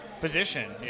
position